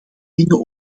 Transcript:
dingen